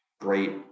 great